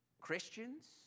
...Christians